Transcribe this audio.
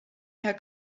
herr